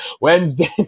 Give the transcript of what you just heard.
Wednesday